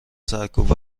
سرکوب